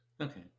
Okay